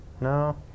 No